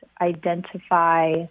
identify